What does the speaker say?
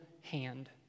hand